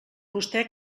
vostè